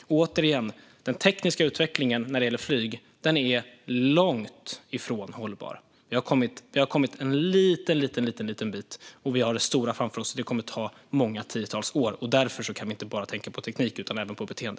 Återigen: Den tekniska utvecklingen för flyget är långt ifrån hållbar. Vi har kommit en mycket liten bit, och vi har det stora framför oss. Det kommer att ta många tiotals år. Därför kan vi inte bara tänka på teknik utan även på beteende.